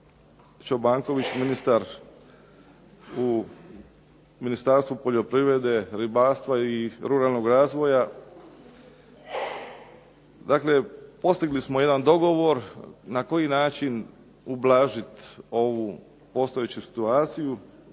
Čobanković, ministar u Ministarstvu poljoprivrede, ribarstva i ruralnog razvoja, dakle postigli smo jedan dogovor na koji način ublažiti ovu postojeću situaciju.